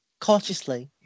cautiously